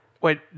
Wait